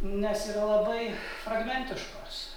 nes yra labai fragmentiškos